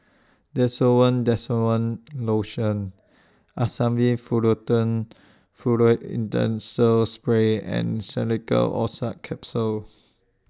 Desowen Desowen Lotion Asamys Furoate Spray and Xenical Orlistat Capsules